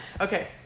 Okay